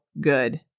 Good